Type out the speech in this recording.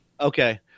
Okay